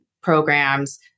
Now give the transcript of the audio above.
programs